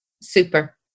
Super